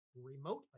remotely